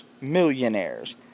millionaires